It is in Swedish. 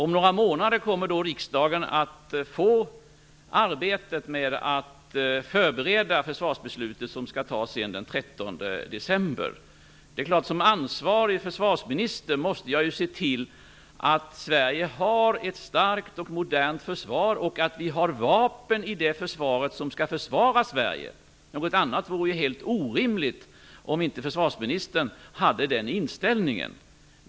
Om några månader kommer riksdagen att få arbetet att förbereda försvarsbeslutet, som sedan skall fattas den 13 december. Det är klart att som ansvarig försvarsminister måste jag ju se till att Sverige har ett starkt och modernt försvar och att försvaret har vapen som skall försvara Sverige. Det vore helt orimligt om inte försvarsministern hade den inställningen.